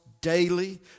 daily